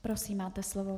Prosím, máte slovo.